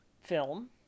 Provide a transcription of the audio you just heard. film